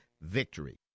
VICTORY